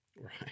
Right